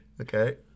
Okay